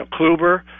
Kluber